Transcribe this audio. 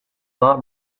not